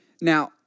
Now